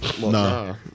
Nah